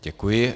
Děkuji.